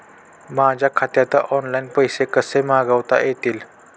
माझ्या खात्यात ऑनलाइन पैसे कसे मागवता येतील?